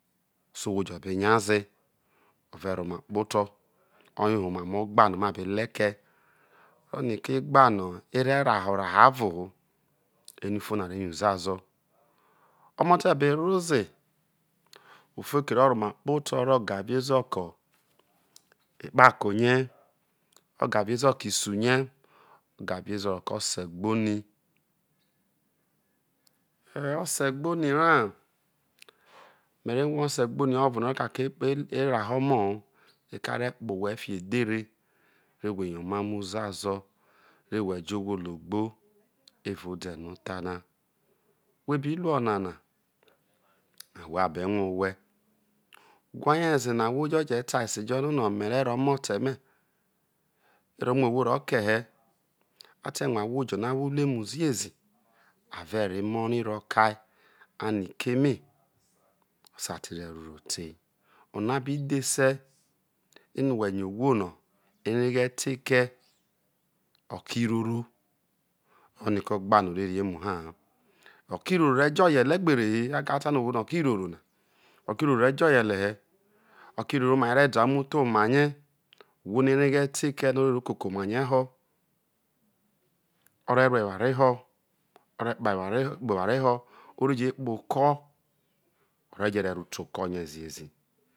so ohwo jo̱ be hyaze whe̱re̱ ro̱ omakpoto o̱ye ho̱ omamo ogba no̱ ma bele ke̱ oroni ko̱ e̱ gba no̱ e reroha erahaha ovo ere u fo no̱ a re yo uzuazo̱ o̱mo̱ te be rro ze u fo re o romakpo to̱ re o̱ gavi ezo̱ ke̱ ekpako rie o̱ gavi ezo ke̱ isu rie, gaezo ke̱ osegboni eh osegboni ra me re rue̱ osegboni ovo no o re ka ke eraha o̱mo̱ ho̱ reko a re̱ kpo̱ owhe̱ fikio edhere re whe yo emamo̱ uza azo̱, re whe jo̱ ohwo logbo evao ode̱ notha na whe biru onana ohwo a be rue owhe owha rie ze no̱ amo o jo je ta esejo no̱ me̱ re̱ ro omolo me̱ muhru ro̱ke̱ he̱ a te̱ rue̱ ahwo jo̱ no̱ a wo ura omu ziezi a vero emu rai rokai ano keme a sai te ro ero ro tei, ona bi dhese ho whe̱ yo ohwo ho ereghe̱ te ke̱, okiroro re jo̱ oyele gbe he̱ re ko̱ a ta no̱ ohwo na okiroro ore̱ jo oyele he̱ okiroro re̱ dao umutho oma rie̱ ohwo no̱ ereghe̱ te ke̱ no̱ oro koko oma rie ho̱ o̱ re̱ rue eware ho̱ o̱ rekpa o̱re̱ kpo eware ho̱ o re je̱ kpoho oko̱ o̱re̱ je̱ rerote okorie̱ ziezi.